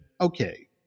okay